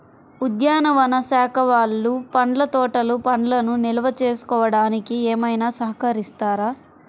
ఉద్యానవన శాఖ వాళ్ళు పండ్ల తోటలు పండ్లను నిల్వ చేసుకోవడానికి ఏమైనా సహకరిస్తారా?